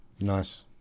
Nice